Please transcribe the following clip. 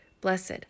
blessed